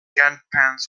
grandparents